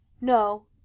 No